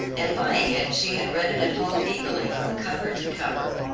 and buying it she had read it at home eagerly from cover to cover.